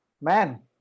man